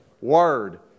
word